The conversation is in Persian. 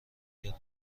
کرد